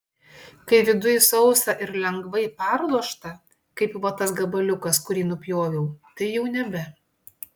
kai viduj sausa ir lengvai perlūžta kaip va tas gabaliukas kurį nupjoviau tai jau nebe